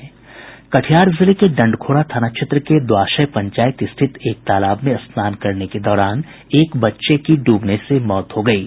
कटिहार जिले के डंडखोरा थाना क्षेत्र के द्वाशय पंचायत स्थित एक तालाब में स्नान के क्रम में एक बच्चे की डूबने से मौत हो गई है